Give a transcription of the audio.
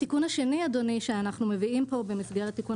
התיקון השני אדוני שאנחנו מביאים פה במסגרת תיקון